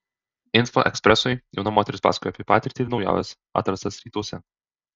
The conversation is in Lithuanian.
info ekspresui jauna moteris pasakojo apie patirtį ir naujoves atrastas rytuose